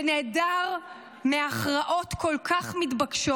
ונעדר מהכרעות כל כך מתבקשות,